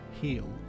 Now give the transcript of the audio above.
heal